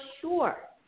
sure